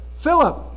Philip